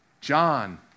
John